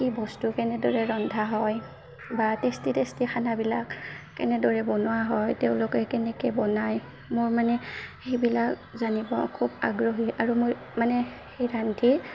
কি বস্তু কেনেদৰে ৰন্ধা হয় বা টেষ্টি টেষ্টি খানাবিলাক কেনেদৰে বনোৱা হয় তেওঁলোকে কেনেকে বনায় মোৰ মানে সেইবিলাক জানিব খুব আগ্ৰহী আৰু মোৰ মানে সেই ৰান্ধি